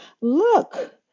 Look